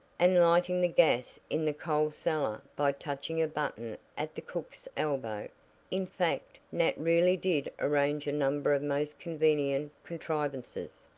and lighting the gas in the coal-cellar by touching a button at the cook's elbow in fact, nat really did arrange a number of most convenient contrivances,